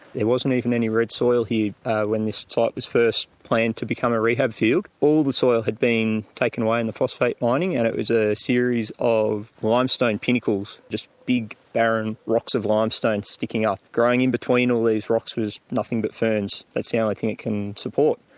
wasn't even any red soil here when this site was first planned to become a rehab field. all the soil had been taken away in the phosphate mining and it was a series of limestone pinnacles, just big, barren rocks of limestone sticking up. growing in between all these rocks was nothing but ferns, that's the only thing it can support.